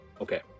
Okay